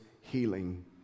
healing